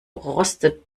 rostet